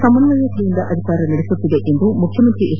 ನಮನ್ನಯತೆಯಿಂದ ಅಧಿಕಾರ ನಡೆಸುತ್ತಿದೆ ಎಂದು ಮುಖ್ಣಮಂತ್ರಿ ಎಚ್